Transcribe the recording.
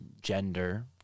gender